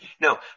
No